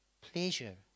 pleasure